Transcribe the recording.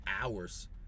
hours